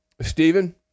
Stephen